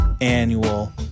annual